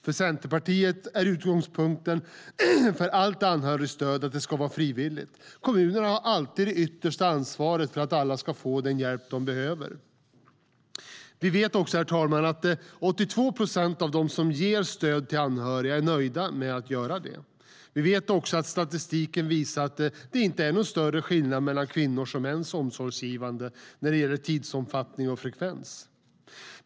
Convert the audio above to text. För Centerpartiet är utgångspunkten för allt anhörigstöd att det ska vara frivilligt. Kommunen har alltid det yttersta ansvaret för att alla ska få den hjälp de behöver. Vi vet, herr talman, att 82 procent av dem som ger stöd till anhöriga är nöjda med att göra det. Vi vet också att statistiken visar att det inte är någon större skillnad mellan kvinnors och mäns omsorgsgivande när det gäller tidsomfattning och frekvens.